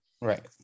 right